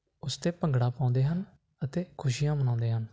ਉਸ 'ਤੇ ਭੰਗੜਾ ਪਾਉਂਦੇ ਹਨ ਅਤੇ ਖੁਸ਼ੀਆਂ ਮਨਾਉਂਦੇ ਹਨ